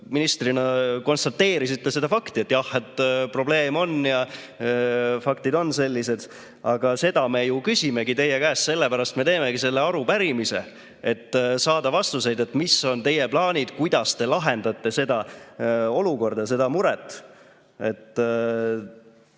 ministrina konstateerisite fakti, et jah, probleemid on ja faktid on sellised. Aga seda me küsimegi teie käest, sellepärast me teemegi selle arupärimise, et saada vastuseid, mis on teie plaanid, kuidas te lahendate seda olukorda, seda muret.